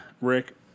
Rick